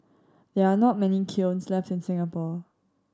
there are not many kilns left in Singapore